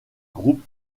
groupe